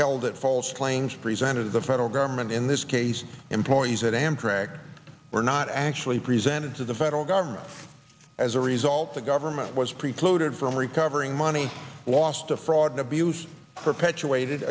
held it false claims presented to the federal government in this case employees at amtrak were not actually presented to the federal government as a result the government was precluded from recovering money lost a fraud and abuse perpetuated